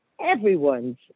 everyone's